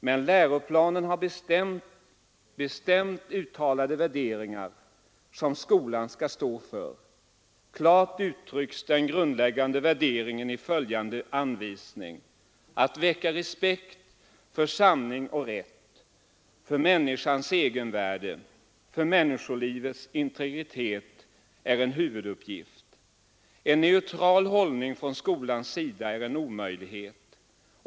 Men läroplanen har bestämt uttalade värderingar som skolan skall stå för. Klart uttrycks den grundläggande värderingen i följande anvisning: ”Att väcka respekt för sanning och rätt, för människans egenvärde, för människolivets integritet är en huvuduppgift.” En neutral hållning från skolans sida är en omöjlighet.